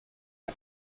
eta